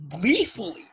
gleefully